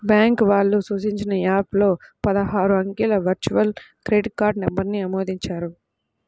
bank వాళ్ళు సూచించిన app లో పదహారు అంకెల వర్చువల్ క్రెడిట్ కార్డ్ నంబర్ను ఆమోదించాలి